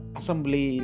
assembly